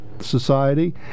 society